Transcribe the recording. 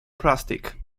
plastic